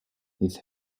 his